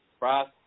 Ross